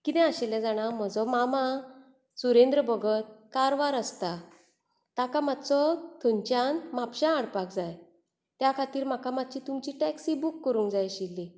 कितें आशिल्लें जाणां म्हजो मामा सुरेंद्र भगत कारवार आसता ताका मातसो थंयच्यान म्हापसा हाडपाक जाय त्या खातीर म्हाका मात्शी तुमची टॅक्सी बूक करूंक जाय आशिल्ली